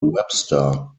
webster